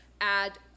add